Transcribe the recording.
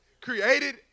created